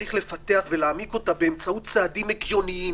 וצריך לפתח ולהעמיק אותה באמצעות צעדים הגיוניים.